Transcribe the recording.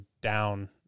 down